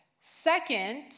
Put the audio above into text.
Second